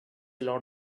lot